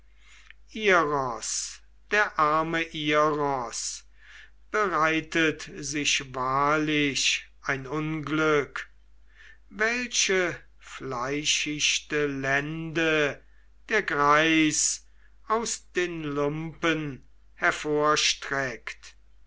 der arme iros bereitet sich wahrlich ein unglück welche fleischichte lende der greis aus den lumpen